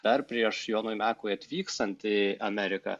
dar prieš jonui mekui atvykstanti į ameriką